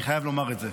ואני חייב לומר את זה: